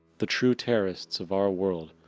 the true terrorists of our world,